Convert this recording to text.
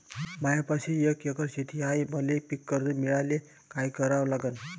मायापाशी एक एकर शेत हाये, मले पीककर्ज मिळायले काय करावं लागन?